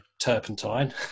turpentine